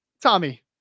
Tommy